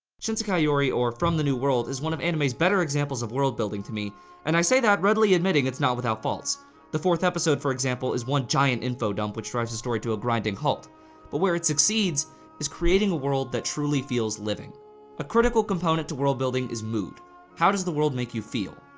shinsekai or from the new world is one of animes better examples of world building to me and i say that readily admitting it's not without faults the fourth episode for example is one giant info-dump which drives a story to a grinding halt but where it succeeds is creating a world that truly feels living a critical component to world building is mood how does the world make you feel?